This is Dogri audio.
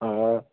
हां